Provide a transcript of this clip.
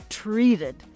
treated